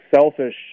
selfish